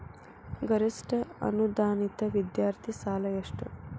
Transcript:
ಗರಿಷ್ಠ ಅನುದಾನಿತ ವಿದ್ಯಾರ್ಥಿ ಸಾಲ ಎಷ್ಟ